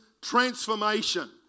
transformation